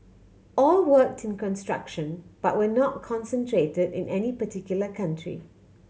all worked in construction but were not concentrated in any particular country